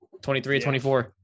23-24